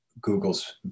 Google's